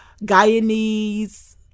guyanese